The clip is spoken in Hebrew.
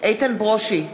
איתן ברושי,